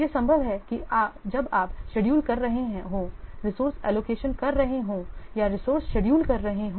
यह संभव है जब आप शेड्यूल कर रहे हों रिसोर्स एलोकेशन कर रहे हों या रिसोर्से शेड्यूल कर रहे हों